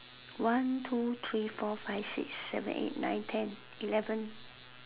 one two three four five six seven eight nine ten eleven